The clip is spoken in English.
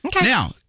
Now